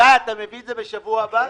גיא, אתה מביא את זה בשבוע הבא?